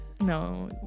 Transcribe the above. No